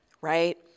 right